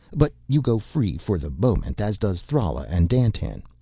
but you go free for the moment, as does thrala and dandtan.